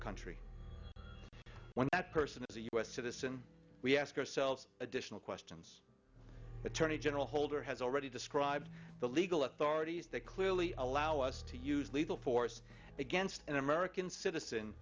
country when that person is a us citizen we ask ourselves additional questions attorney general holder has already described the legal authorities that clearly allow us to use lethal force against an american citizen